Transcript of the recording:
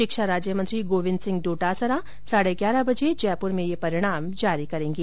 शिक्षा राज्यमंत्री गोविन्द सिंह डोटासरा साढे ग्यारह बजे जयपुर में ये परिणाम जारी करेंगे